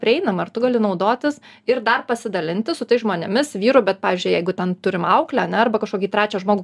prieinama ir tu gali naudotis ir dar pasidalinti su tais žmonėmis vyru bet pavyzdžiui jeigu ten turim auklę ane arba kažkokį trečią žmogų